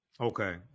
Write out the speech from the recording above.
okay